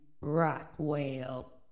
Rockwell